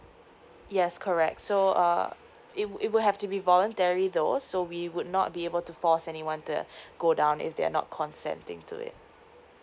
yes correct so uh it it will have to be voluntary though so we would not be able to force anyone to go down is there not consenting to it